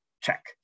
check